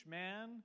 man